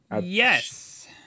Yes